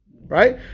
right